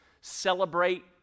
Celebrate